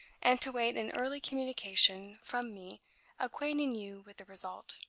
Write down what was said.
and to wait an early communication from me acquainting you with the result.